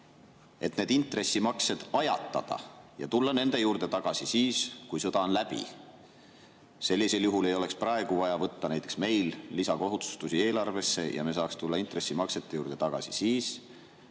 et need intressimaksed ajatada ja tulla nende juurde tagasi siis, kui sõda on läbi? Sellisel juhul ei oleks praegu vaja võtta näiteks meil lisakohustusi eelarvesse ja me saaks tulla intressimaksete juurde tagasi siis,